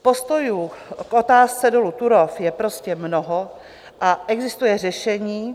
Postojů k otázce dolu Turów je prostě mnoho a existuje řešení...